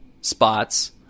spots